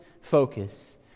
focus